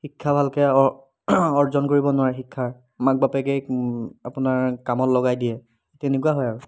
শিক্ষা ভালকৈ অ অৰ্জন কৰিব নোৱাৰে শিক্ষাৰ মাক বাপেকে আপোনাৰ কামত লগাই দিয়ে তেনেকুৱা হয় আৰু